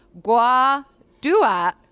Guadua